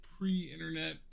pre-internet